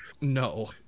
no